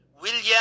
William